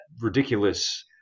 ridiculous